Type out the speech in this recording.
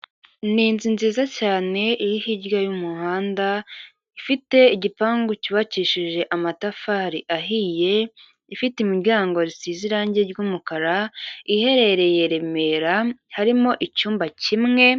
N'inzu nziza cyane iri hirya y'umuhanda ifite igipangu cyubakishije amatafari ahiye, ifite imiryango risize irangi ry'umukara iherereye Remera harimo icyumba kimwe.